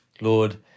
Lord